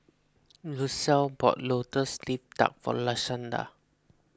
Lucile bought Lotus Leaf Duck for Lashanda